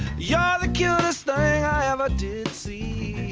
yeah the cutest thing i ever did see